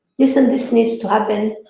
this and this needs to happen.